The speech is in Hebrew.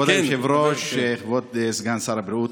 כבוד היושב-ראש, כבוד סגן שר הבריאות,